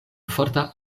forta